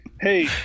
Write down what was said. Hey